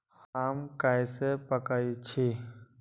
आम कईसे पकईछी?